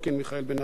מיכאל בן-ארי,